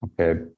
Okay